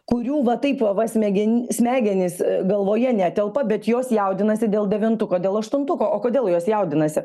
kurių va taip va va smegenis smegenys galvoje netelpa bet jos jaudinasi dėl devintuko dėl aštuntuko o kodėl jos jaudinasi